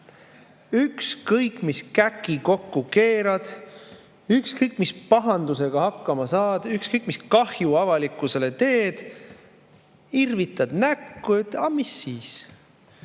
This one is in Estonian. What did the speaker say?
Ükskõik, mis käki kokku keerad, ükskõik, mis pahandusega hakkama saad, ükskõik, mis kahju avalikkusele teed, irvitad näkku ja ütled: